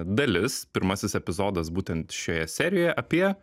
dalis pirmasis epizodas būtent šioje serijoje apie